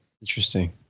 Interesting